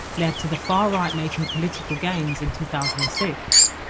led to the far right making political gains in two thousand and six.